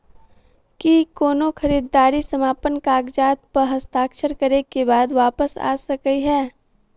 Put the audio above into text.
की कोनो खरीददारी समापन कागजात प हस्ताक्षर करे केँ बाद वापस आ सकै है?